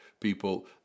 people